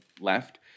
left